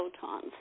photons